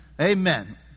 Amen